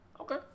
Okay